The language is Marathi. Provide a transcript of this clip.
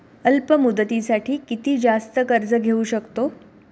अल्प मुदतीसाठी किती जास्त कर्ज घेऊ शकतो?